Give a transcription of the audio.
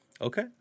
Okay